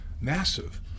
massive